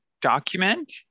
document